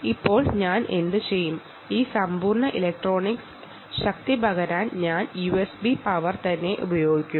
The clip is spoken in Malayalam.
ഇപ്പോൾ ഞാൻ എന്തുചെയ്യും എന്ന് നോക്കുക ഈ സമ്പൂർണ്ണ ഇലക്ട്രോണിക്സിന് എനർജി നൽകാൻ ഞാൻ യുഎസ്ബി പവർ തന്നെ ഉപയോഗിക്കും